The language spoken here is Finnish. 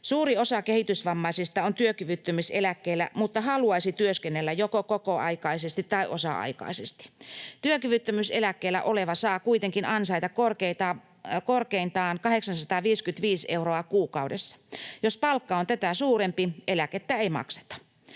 Suuri osa kehitysvammaisista on työkyvyttömyyseläkkeellä mutta haluaisi työskennellä joko kokoaikaisesti tai osa-aikaisesti. Työkyvyttömyyseläkkeellä oleva saa kuitenkin ansaita korkeintaan 855 euroa kuukaudessa: jos palkka on tätä suurempi, eläkettä ei makseta.